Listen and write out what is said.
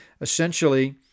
essentially